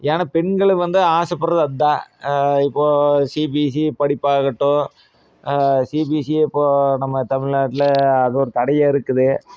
ஏன்னால் பெண்கள் வந்து ஆசைப்பட்றது அதுதான் இப்போது சிபிஎஸ்சி படிப்பாகட்டும் சிபிஎஸ்சி இப்போது நம்ம தமிழ்நாட்டில் அது ஒரு தடையாக இருக்குது